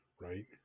right